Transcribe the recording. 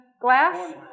glass